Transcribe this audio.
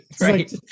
right